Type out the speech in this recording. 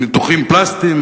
ניתוחים פלסטיים,